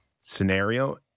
scenario